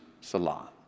Salah